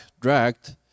dragged